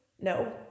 no